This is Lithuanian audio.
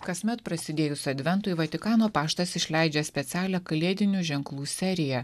kasmet prasidėjus adventui vatikano paštas išleidžia specialią kalėdinių ženklų seriją